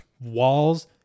walls